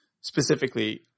specifically